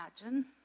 imagine